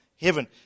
heaven